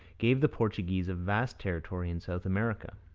gave the portuguese a vast territory in south america.